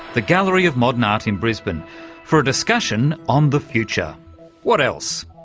the gallery of modern art in brisbane for a discussion on the future what else?